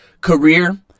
career